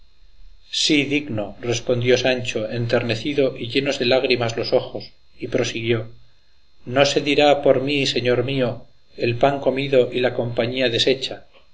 sí digno respondió sancho enternecido y llenos de lágrimas los ojos y prosiguió no se dirá por mí señor mío el pan comido y la compañía deshecha